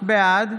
בעד